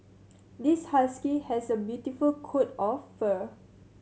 this husky has a beautiful coat of fur